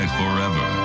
forever